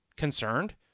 concerned